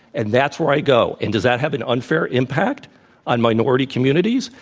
and that's where i go. and does that have an unfair impact on minority communities?